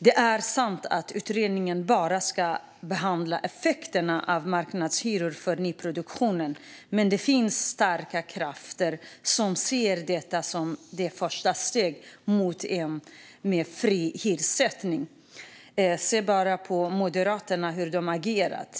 Det är sant att utredningen bara ska behandla effekterna av marknadshyror i nyproduktionen, men det finns starka krafter som ser detta som det första steget mot en mer fri hyressättning. Se bara på hur Moderaterna har agerat.